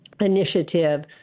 initiative